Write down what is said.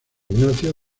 ignacio